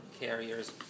carriers